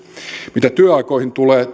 mitä työaikoihin tulee